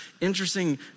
interesting